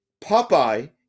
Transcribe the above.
Popeye